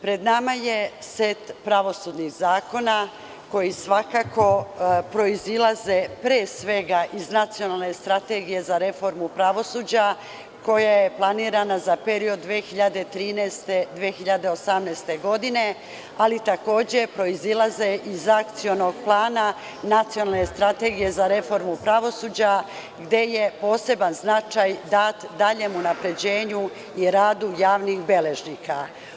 Pred nama je set pravosudnih zakona koji svakako proizilaze, pre svega iz Nacionalne strategije za reformu pravosuđa, koja je planirana za period 2013/2018. godine, ali takođe proizilaze iz Akcionog plana, Nacionalne strategije za reformu pravosuđa gde je poseban značaj dat daljem unapređenju i radu javnih beležnika.